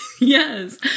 Yes